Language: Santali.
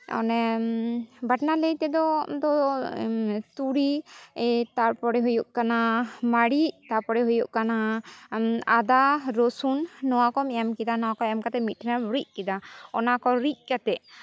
ᱚᱱᱮ ᱵᱟᱴᱱᱟ ᱞᱟᱹᱭ ᱛᱮᱫᱚ ᱛᱩᱲᱤ ᱛᱟᱨᱯᱚᱨᱮ ᱦᱩᱭᱩᱜ ᱠᱟᱱᱟ ᱢᱟᱹᱨᱤᱪ ᱛᱟᱨᱯᱚᱨᱮ ᱦᱩᱭᱩᱜ ᱠᱟᱱᱟ ᱟᱫᱟ ᱨᱚᱥᱩᱱ ᱱᱚᱣᱟ ᱠᱚᱢ ᱮᱢ ᱠᱮᱫᱟ ᱱᱚᱣᱟ ᱠᱚ ᱮᱢ ᱠᱟᱛᱮᱫ ᱢᱤᱫᱴᱷᱮᱱᱮᱢ ᱨᱤᱫ ᱠᱮᱫᱟ ᱚᱱᱟ ᱠᱚ ᱨᱤᱫ ᱠᱟᱛᱮᱫ